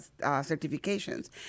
certifications